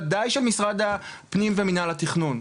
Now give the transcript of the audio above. וודאי של משרד הפנים ומנהל התכנון,